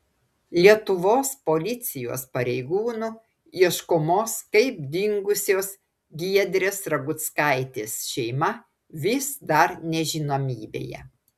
lietuvos policijos pareigūnų ieškomos kaip dingusios giedrės raguckaitės šeima vis dar nežinomybėje